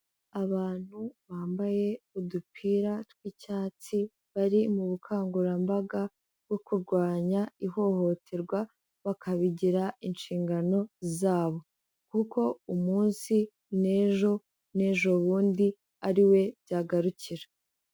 Abantu bambaye udupira tw'icyatsi, bari mu bukangurambaga bwo kurwanya ihohoterwa bakabigira inshingano zabo, kuko umunsi n'ejo n'ejo bundi ari we byagarukira.